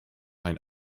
ein